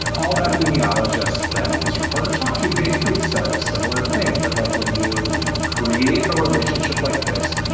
and all the epidemiologists that this reporter talked to basically said a similar thing that like when you create a relationship like this,